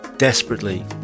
Desperately